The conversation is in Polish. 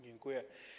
Dziękuję.